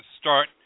start